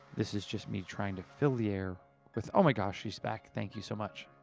this is just me trying to fill the air with oh my gosh! she's back. thank you so much.